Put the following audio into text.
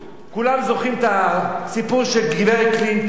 כולם זוכרים את הסיפור של גברת קלינטון,